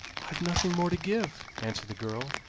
i've nothing more to give, answered the girl.